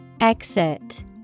Exit